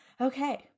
okay